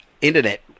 internet